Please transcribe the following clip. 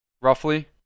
roughly